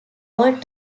old